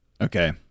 okay